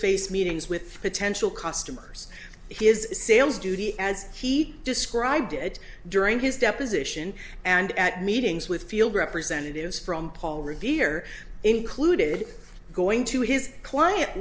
face meetings with potential customers his sales duty as he described it during his deposition and at meetings with field representatives from paul revere included going to his client